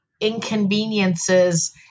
inconveniences